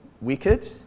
Wicked